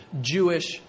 Jewish